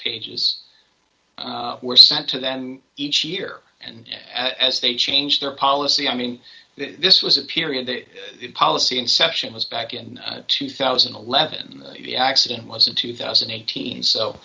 pages were sent to them each year and as they change their policy i mean this was a period that the policy inception was back in two thousand and eleven the accident was in two thousand and eighteen so